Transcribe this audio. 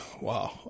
Wow